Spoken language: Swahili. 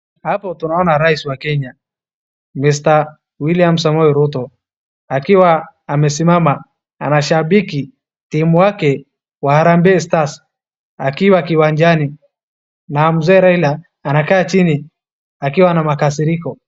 Hapa tunaona rais wa Kenya Mr William Samoei Ruto akiwa amesimama anashabiki team [cs wake wa Harambee Stars akiwa kiwanjani na mzee Raila anakaa chini akiwa na makasiriko.